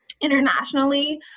internationally